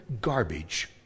garbage